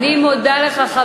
אני מודה לך,